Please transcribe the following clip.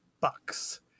bucks